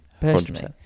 personally